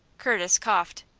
curtis coughed.